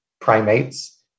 primates